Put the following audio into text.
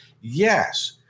Yes